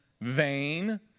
vain